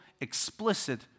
explicit